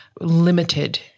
limited